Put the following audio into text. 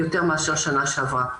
יותר מאשר בשנה שעברה.